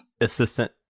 assistant